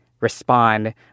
respond